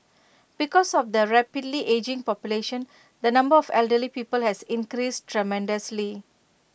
because of the rapidly ageing population the number of elderly people has increased tremendously